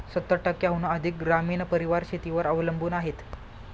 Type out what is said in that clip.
सत्तर टक्क्यांहून अधिक ग्रामीण परिवार शेतीवर अवलंबून आहेत